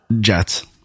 Jets